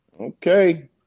Okay